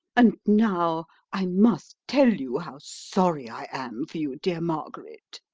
and now i must tell you how sorry i am for you, dear margaret.